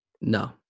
No